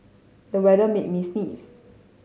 the weather made me sneeze